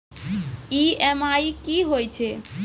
EMI कि होय छै?